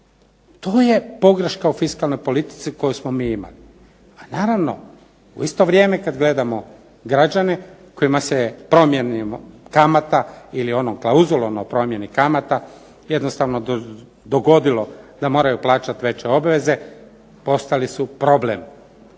To je pogreška u fiskalnoj politici koju smo mi imali. A naravno u isto vrijeme kad gledamo građane kojima se promijeni kamata ili onom klauzulom o promjeni kamata jednostavno dogodilo da moraju plaćati veće obveze, postali su problem,